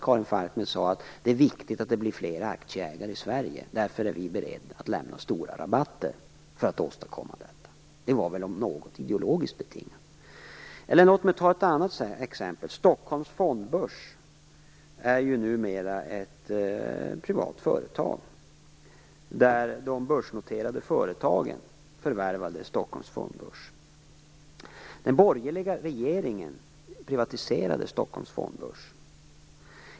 Karin Falkmer sade att det var viktigt att det blev fler aktieägare i Sverige, och hon och hennes vänner var beredda att lämna stora rabatter för att åstadkomma detta. Det var väl om något ideologiskt betingat. Ett annat exempel är Stockholms Fondbörs, som ju numera är ett privatägt företag. De börsnoterade företagen förvärvade Stockholms Fondbörs. Den borgerliga regeringen privatiserade Stockholms Fondbörs.